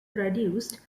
produced